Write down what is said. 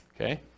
Okay